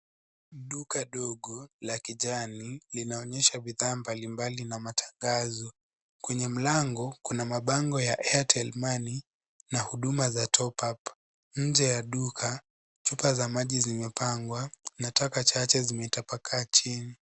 Duka dogo la kijani linaonyesha bidha mbali mbali na matangazo. Kwenye mlango kuna mabango ya airtel money na huduma za top up nje ya duka chupa za maji zimepangwa na taka chache zimetapakaa chini.